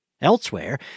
Elsewhere